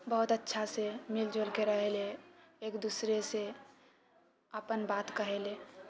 बहुत अच्छासँ मिलिजुलि कऽ रहेले एक दूससँ अपन बात कहेलै